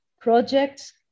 projects